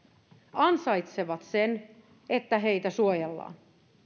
ansaitsevat sen että heitä suojellaan